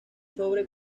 sobre